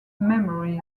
memory